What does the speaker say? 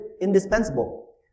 indispensable